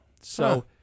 So-